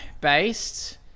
based